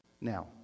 Now